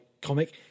comic